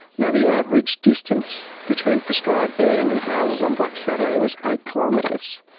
now, the average distance between prescribed burning and houses on black saturday was eight kilometres.